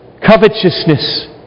covetousness